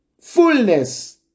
Fullness